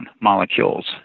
molecules